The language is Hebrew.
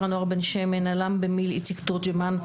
הנוער בן שמן אל"מ במיל' איציק תורג'מן,